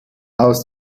aus